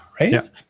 Right